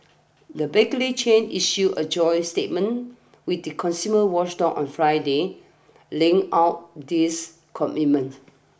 the bakery chain issued a joint statement with the consumer watchdog on Friday laying out these commitments